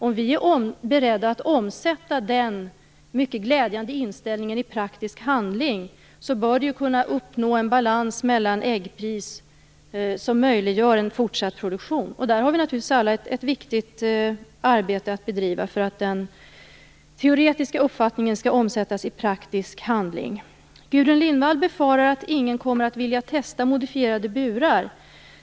Om vi som konsumenter är beredda att omsätta denna mycket glädjande inställning i praktisk handling bör man kunna uppnå ett äggpris som möjliggör en fortsatt produktion. Där har vi alla naturligtvis ett viktigt arbete att bedriva för att den teoretiska uppfattningen skall omsättas i praktisk handling. Gudrun Lindvall befarar att ingen kommer att vilja testa modifierade burar.